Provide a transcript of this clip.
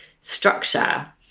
structure